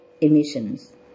emissions